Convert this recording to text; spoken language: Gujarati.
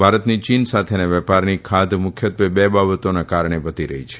ભારતની ચીન સાથેના વેપારની ખાદ્ય મુખ્યત્વે બે બાબતોના કારણે વધી રહી છે